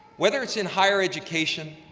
whether it's in higher education,